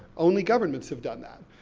only governments have done that.